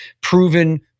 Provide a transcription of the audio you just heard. proven